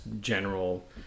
general